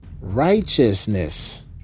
righteousness